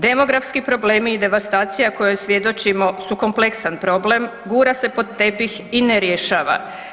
Demografski problemi i devastacija kojoj svjedočimo su kompleksan problem, gura se pod tepih i ne rješava.